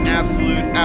absolute